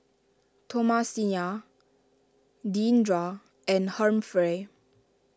Thomasina Deandra and Humphrey